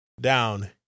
down